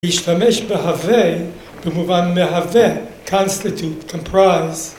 להשתמש בהווה, במובן מהווה, constitute, comprise.